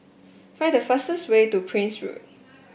find the fastest way to Prince Road